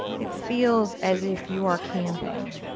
it feels as if you are camping.